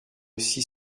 six